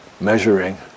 measuring